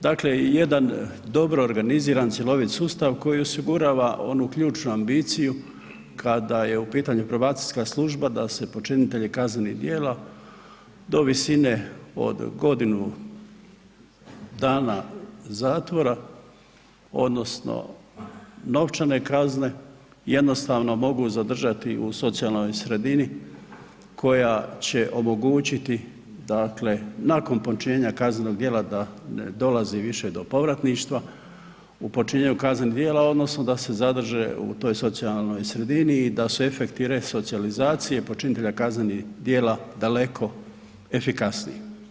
Dakle, jedan dobro organiziran cjelovit sustav koji osigurava onu ključnu ambiciju kada je u pitanju probacijska služba da se počinitelji kaznenih djela do visine od godinu dana zatvora odnosno novčane kazne jednostavno mogu zadržati u socijalnoj sredini koja će omogućiti dakle nakon počinjenja kaznenog djela da ne dolazi više do povratništva u počinjenju kaznenih djela odnosno da se zadrže u toj socijalnoj sredini i da su efekti resocijalizacije počinitelja kaznenih djela daleko efikasniji.